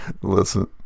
listen